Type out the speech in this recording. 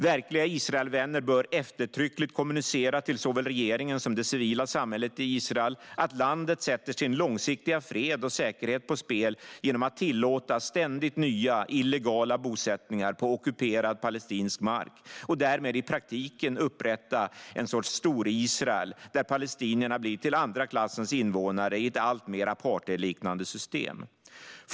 Verkliga Israelvänner bör eftertryckligt kommunicera till såväl regeringen som det civila samhället i Israel att landet sätter sin långsiktiga fred och säkerhet på spel genom att tillåta ständigt nya illegala bosättningar på ockuperad palestinsk mark och därmed i praktiken upprätta en sorts Storisrael där palestinierna blir till andra klassens invånare i ett alltmer apartheidliknande system.